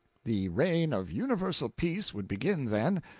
the reign of universal peace would begin then,